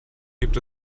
gibt